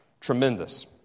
tremendous